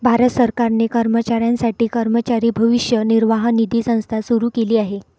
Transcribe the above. भारत सरकारने कर्मचाऱ्यांसाठी कर्मचारी भविष्य निर्वाह निधी संस्था सुरू केली आहे